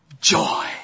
joy